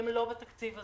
הם לא בתקציב הזה.